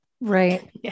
Right